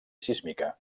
sísmica